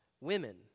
Women